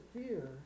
fear